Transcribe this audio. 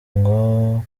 nko